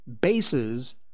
bases